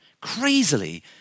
crazily